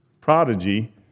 prodigy